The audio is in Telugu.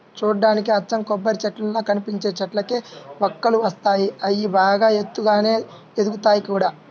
చూడ్డానికి అచ్చం కొబ్బరిచెట్టుల్లా కనిపించే చెట్లకే వక్కలు కాస్తాయి, అయ్యి బాగా ఎత్తుగానే ఎదుగుతయ్ గూడా